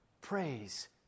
Praise